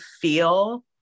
feel